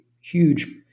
huge